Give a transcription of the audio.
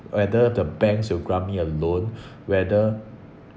whether the banks will grant me a loan whether